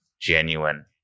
genuine